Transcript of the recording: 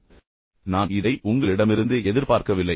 எனவே நான் இதை உங்களிடமிருந்து எதிர்பார்க்கவில்லை